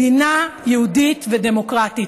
מדינה יהודית ודמוקרטית.